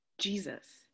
Jesus